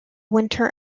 winter